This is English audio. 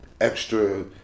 extra